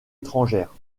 étrangère